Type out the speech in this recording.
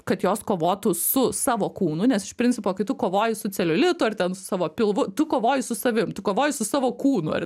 kad jos kovotų su savo kūnu nes iš principo kai tu kovoji su celiulitu ar ten su savo pilvu tu kovoji su savim kovoji su savo kūnu ar